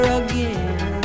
again